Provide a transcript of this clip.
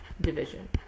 division